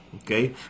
okay